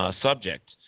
subject